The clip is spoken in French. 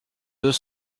deux